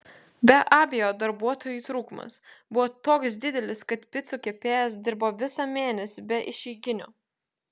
be abejo darbuotojų trūkumas buvo toks didelis kad picų kepėjas dirbo visą mėnesį be išeiginių